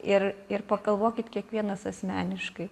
ir ir pagalvokit kiekvienas asmeniškai